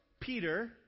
Peter